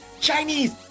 Chinese